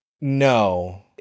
No